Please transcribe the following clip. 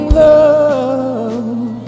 love